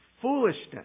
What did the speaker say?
foolishness